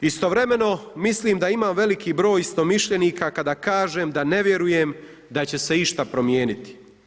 Istovremeno mislim da imam veliki broj istomišljenika kada kažem da ne vjerujem da će se išta promijeniti.